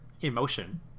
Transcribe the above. emotion